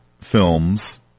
films